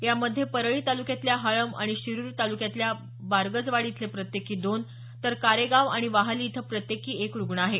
यामध्ये परळी तालुक्यातल्या हाळब आणि शिरुर तालुक्यातल्या बारगजवाडी इथले प्रत्येकी दोन तर कारेगाव आणि वाहली इथं प्रत्येकी एक रुग्ण आहे